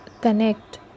connect